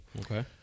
Okay